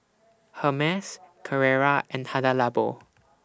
Hermes Carrera and Hada Labo